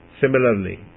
similarly